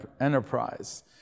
enterprise